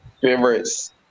Favorites